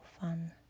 fun